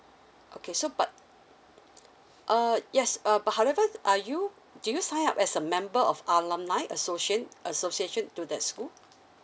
okay so but err yes err but however are you do you signed up as a member of alumni assotion association to that school